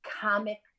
comic